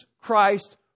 Christ